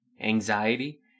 anxiety